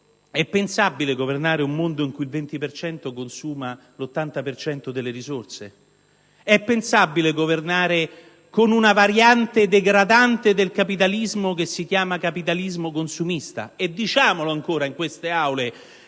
è pensabile governare un mondo in cui il 20 per cento delle persone consuma l'80 per cento delle risorse? È pensabile governare con una variante degradante del capitalismo che si chiama capitalismo consumista? Diciamolo ancora, in queste Aule,